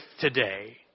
today